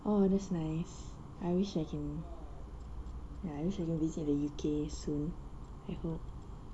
oh that's nice I wish I can ya I wish can visit the U_K soon I hope